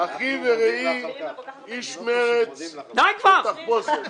אחי ורעי, איש מרצ בתחפושת.